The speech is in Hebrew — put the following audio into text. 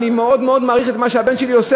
אני מאוד מאוד מעריך את מה שהבן שלי עושה,